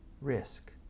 risk